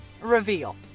reveal